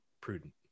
prudent